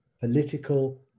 political